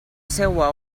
seua